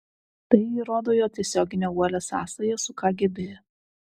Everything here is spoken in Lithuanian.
tai įrodo jo tiesioginę uolią sąsają su kgb